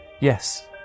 yes